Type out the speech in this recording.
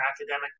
academic